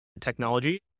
technology